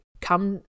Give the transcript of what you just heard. come